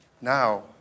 now